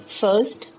first